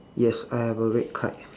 yes I have a red kite